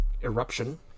eruption